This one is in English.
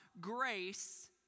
grace